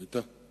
ראית?